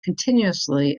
continuously